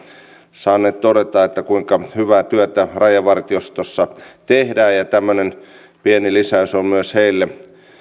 saaneet todeta kuinka hyvää työtä rajavartiostossa tehdään tämmöinen pieni lisäys on myös heille